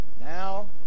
Now